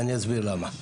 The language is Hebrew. ואני אסביר למה.